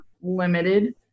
limited